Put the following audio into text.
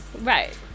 right